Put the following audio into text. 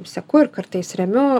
seku ir kartais remiu